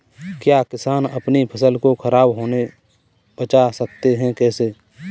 क्या किसान अपनी फसल को खराब होने बचा सकते हैं कैसे?